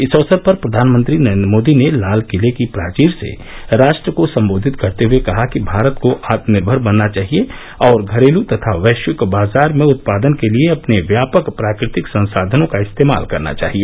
इस अवसर पर प्रधानमंत्री नरेन्द्र मोदी ने लाल किले की प्राचीर से राष्ट्र को संबोधित करते हुए कहा कि भारत को आत्मनिर्भर बनना चाहिए और घरेलू तथा वैश्विक बाजार में उत्पादन के लिए अपने व्यापक प्राकृतिक संसाधनों का इस्तेमाल करना चाहिए